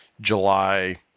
July